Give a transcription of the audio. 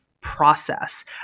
process